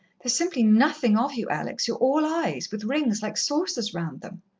there's simply nothing of you, alex you're all eyes, with rings like saucers round them.